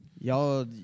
Y'all